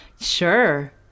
Sure